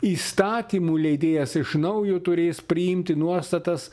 įstatymų leidėjas iš naujo turės priimti nuostatas